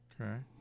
Okay